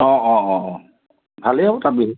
অঁ অঁ অঁ ভালে হ'ল